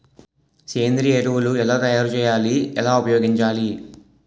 సేంద్రీయ ఎరువులు ఎలా తయారు చేయాలి? ఎలా ఉపయోగించాలీ?